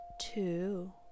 two